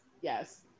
yes